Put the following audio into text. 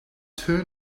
two